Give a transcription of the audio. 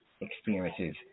experiences